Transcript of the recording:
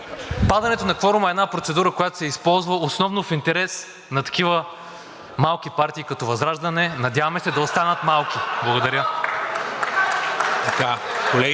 падането на кворума е една процедура, която се използва основно в интерес на такива малки партии като ВЪЗРАЖДАНЕ. Надяваме се да останат малки. Благодаря.